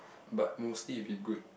but mostly it be good